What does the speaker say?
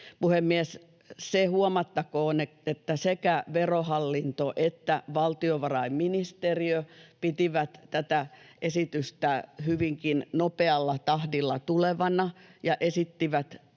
Puhemies! Se huomattakoon, että sekä Verohallinto että valtiovarainministeriö pitivät tätä esitystä hyvinkin nopealla tahdilla tulevana ja esittivät